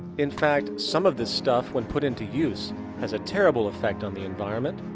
in fact, some of this stuff when put into use has a terrible effect on the environment,